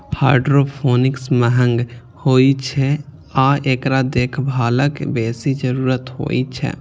hydroponics महंग होइ छै आ एकरा देखभालक बेसी जरूरत होइ छै